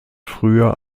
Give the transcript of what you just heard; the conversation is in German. früher